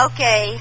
Okay